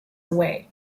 away